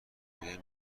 بهم